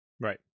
Right